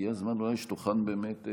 אולי הגיע הזמן באמת שתוכן תוכנית,